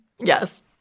yes